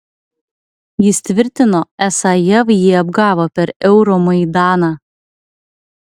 jis tvirtino esą jav jį apgavo per euromaidaną